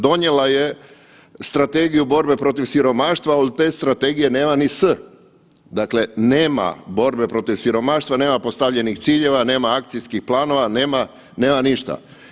Donijela je strategiju borbe protiv siromaštva, ali od te strategije nema niti „s“, dakle nema borbe protiv siromaštva, nema postavljenih ciljeva, nema akcijskih planova, nema ništa.